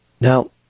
Now